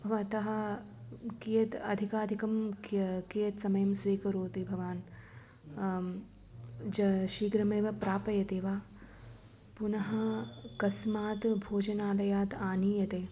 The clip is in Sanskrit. भवतः कियत् अधिकाधिकं किय् कियत्समयं स्वीकरोति भवान् ज शीघ्रमेव प्रापयति वा पुनः कस्मात् भोजनालयात् आनीयते